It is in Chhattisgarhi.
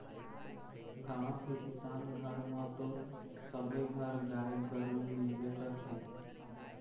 गाँव के किसान घर म तो सबे घर गाय गरु मिलबे करथे